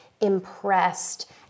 impressed